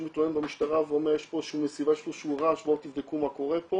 מתלונן במשטרה ואומר "יש פה מסיבה בשמורה בואו תבדקו מה קורה פה"